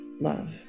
love